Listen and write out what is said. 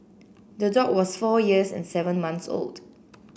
the dog was four years and seven months old